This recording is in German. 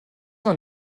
noch